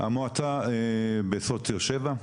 המועצה בסוציו שבע.